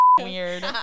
weird